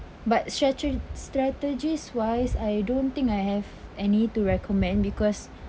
but strate~ strategies wise I don't think I have any to recommend because